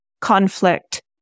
conflict